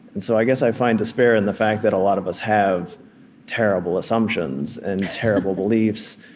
and so i guess i find despair in the fact that a lot of us have terrible assumptions and terrible beliefs,